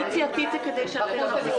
כחול-לבן הסכימה לחוק הזה מתוך התחשבות